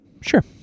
sure